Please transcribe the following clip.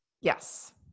yes